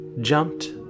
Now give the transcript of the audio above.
jumped